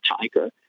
tiger